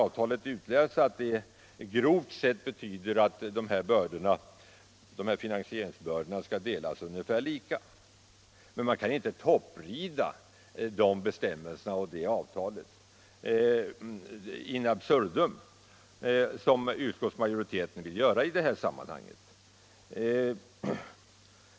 Avtalet innebär grovt sett att finansieringsbördorna skall delas ungefär lika. Man kan emellertid inte topprida de bestämmelserna och det avtalet in absurdum som utskottsmajoriteten vill göra i detta sammanhang.